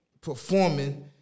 performing